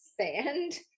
Sand